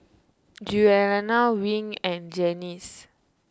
Giuliana Wing and Janice